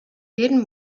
jeden